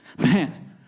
Man